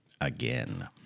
again